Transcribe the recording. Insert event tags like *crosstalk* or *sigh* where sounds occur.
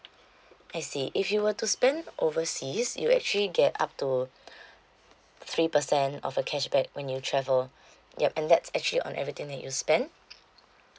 I see if you were to spend overseas you actually get up to *breath* three percent of a cashback when you travel *breath* yup and that's actually on everything that you spend